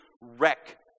wreck